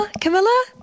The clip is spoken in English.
Camilla